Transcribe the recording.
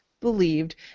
believed